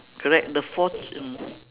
correct the four mm